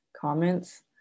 comments